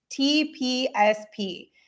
TPSP